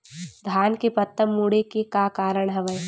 धान के पत्ता मुड़े के का कारण हवय?